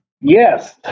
Yes